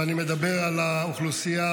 ואני מדבר על האוכלוסייה